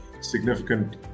significant